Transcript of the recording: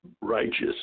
righteous